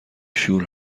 شور